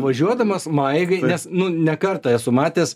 važiuodamas maigai nes nu ne kartą esu matęs